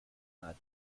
not